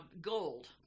gold